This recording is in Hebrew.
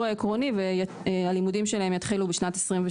העקרוני והלימודים שלהם יתחילו בשנת 2023,